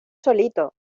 solito